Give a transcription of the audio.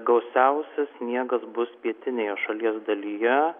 gausiausias sniegas bus pietinėje šalies dalyje